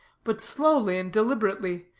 but slowly and deliberately,